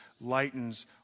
lightens